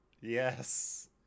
Yes